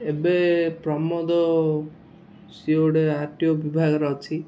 ଏବେ ପ୍ରମୋଦ ସିଏ ଗୋଟେ ଆର୍ ଟି ଓ ବିଭାଗର ଅଛି